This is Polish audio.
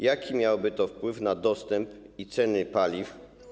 Jaki miałoby to wpływ na dostępność i ceny paliw?